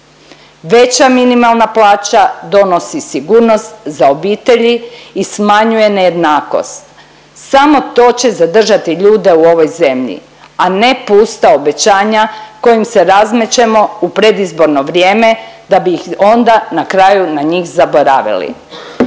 Veća minimalna plaća donosi sigurnost za obitelji i smanjuje nejednakost. Samo to će zadržati ljude u ovoj zemlji, a ne pusta obećanja kojim se razmećemo u predizborno vrijeme da bi onda na kraju na njih zaboravili.